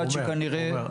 למרות שכנראה --- עמר,